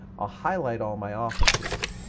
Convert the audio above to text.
ah highlight all my offices,